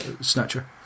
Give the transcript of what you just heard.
Snatcher